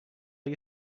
you